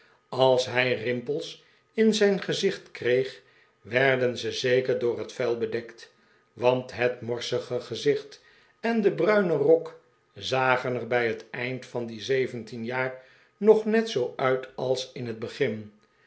als hij rimpels in zijn gezicht kreeg werden ze zeker door het vuil bedekt want het morsige gezicht en de bruine rok zagen er bij het eind van die zeventien jaar nog net zoo uit als in het begin